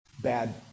Bad